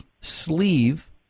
sleeve